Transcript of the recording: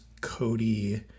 Cody